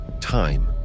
Time